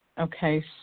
okay